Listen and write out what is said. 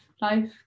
life